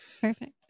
Perfect